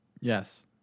Yes